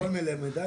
מכל מלמדי השכלתי.